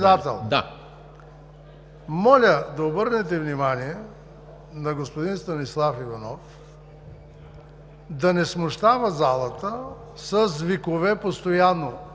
ВЕЛКОВ: …моля да обърнете внимание на господин Станислав Иванов да не смущава залата с викове постоянно: